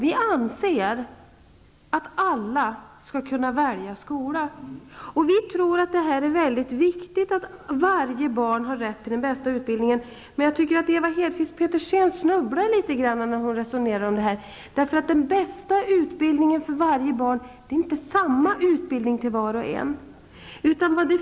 Vi anser att alla skall kunna välja skola, och vi tror att det är mycket viktigt att varje barn har rätt till den bästa utbildningen. Jag tycker att Ewa Hedkvist Petersen snubblar litet grand när hon resonerar om det här. Den bästa utbildningen för varje barn är inte samma utbildning för var och en.